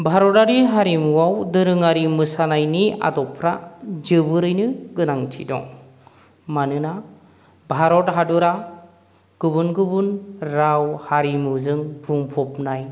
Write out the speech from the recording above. भारतआरि हारिमुआव दोरोङारि मोसानायनि आदबफोरा जोबोरैनो गोनांथि दं मानोना भारत हादरआ गुबुन गुबुन राव हारिमुजों बुंफबनाय